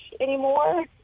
anymore